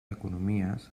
economies